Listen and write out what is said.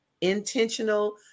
intentional